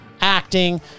acting